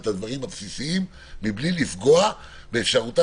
את הדברים הבסיסיים מבלי לפגוע באפשרותה